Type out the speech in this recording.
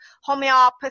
homeopathy